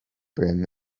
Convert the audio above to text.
brim